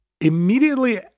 immediately